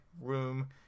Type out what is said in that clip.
room